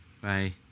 bye